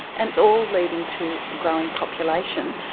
and it's all leading to a growing population,